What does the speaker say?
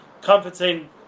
Comforting